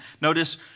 Notice